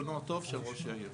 ברצונו הטוב של ראש העיר